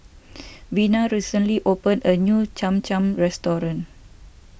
Vina recently opened a new Cham Cham restaurant